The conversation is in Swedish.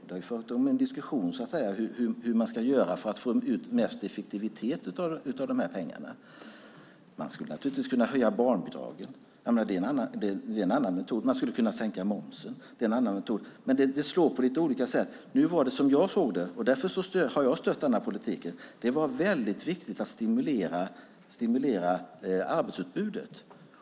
Det har förts en diskussion om hur man ska göra för att få ut mest effektivitet av pengarna. Man skulle naturligtvis kunna höja barnbidraget. Det är en metod. Man skulle kunna sänka momsen. Det är en annan metod. Det slår på lite olika sätt. Jag har stött denna politik för att det var väldigt viktigt att stimulera arbetsutbudet.